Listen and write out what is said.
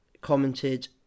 commented